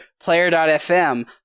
Player.fm